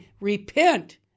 repent